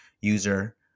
user